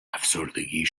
افسردگی